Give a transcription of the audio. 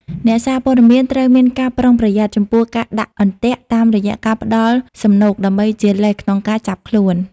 អ្នកសារព័ត៌មានត្រូវមានការប្រុងប្រយ័ត្នចំពោះការ "ដាក់អន្ទាក់" តាមរយៈការផ្តល់សំណូកដើម្បីជាលេសក្នុងការចាប់ខ្លួន។